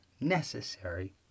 necessary